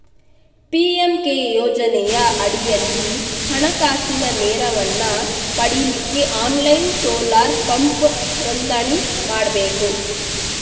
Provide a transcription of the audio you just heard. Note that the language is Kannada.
ಪಿ.ಎಂ.ಕೆ ಯೋಜನೆಯ ಅಡಿಯಲ್ಲಿ ಹಣಕಾಸಿನ ನೆರವನ್ನ ಪಡೀಲಿಕ್ಕೆ ಆನ್ಲೈನ್ ಸೋಲಾರ್ ಪಂಪ್ ನೋಂದಣಿ ಮಾಡ್ಬೇಕು